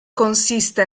consiste